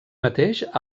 mateix